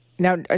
Now